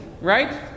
Right